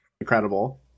incredible